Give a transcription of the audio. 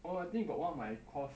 orh I think got one of my course